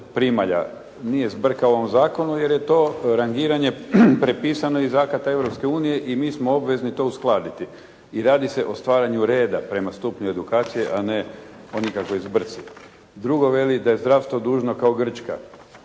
primalja. Nije zbrka u ovom zakonu jer je to rangiranje prepisano iz akata Europske unije i mi smo obvezni to uskladiti i radi se o stvaranju reda prema stupnju edukacije, a ne o nikakvoj zbrci. Drugo veli da je zdravstvo dužno kao Grčka.